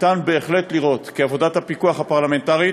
אפשר בהחלט לראות כי עבודת הפיקוח הפרלמנטרית,